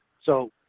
so,